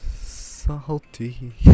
salty